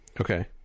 Okay